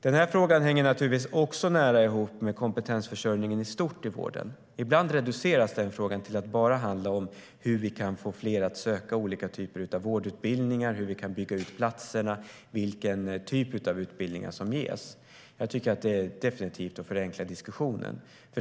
Den här frågan hänger naturligtvis också nära ihop med kompetensförsörjningen i stort i vården. Ibland reduceras den frågan till att bara handla om hur vi kan få fler att söka olika typer av vårdutbildningar, hur vi kan bygga ut platserna och vilken typ av utbildningar som ges. Jag tycker att det definitivt är att förenkla diskussionen.